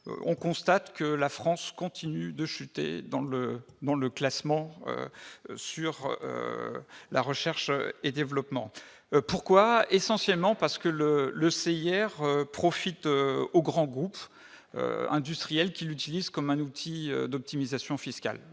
on constate que la France continue de chuter dans le dans le classement sur la recherche et développement, pourquoi essentiellement parce que le le c'est hier profite aux grands groupes industriels qui l'utilisent comme un outil d'optimisation fiscale